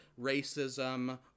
racism